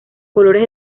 colores